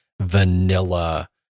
vanilla